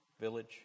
village